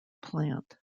plant